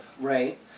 Right